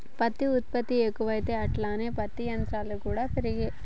పత్తి ఉత్పత్తి ఎక్కువాయె అట్లనే పత్తి యంత్రాలు కూడా పెరిగే